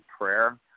prayer